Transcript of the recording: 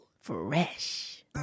fresh